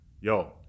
Yo